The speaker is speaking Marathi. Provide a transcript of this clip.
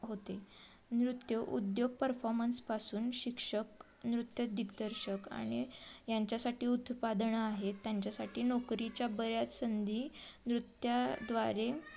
होते नृत्य उद्योग परफॉर्मन्सपासून शिक्षक नृत्य दिग्दर्शक आणि यांच्यासाठी उत्पादनं आहेत त्यांच्यासाठी नोकरीच्या बऱ्याच संधी नृत्याद्वारे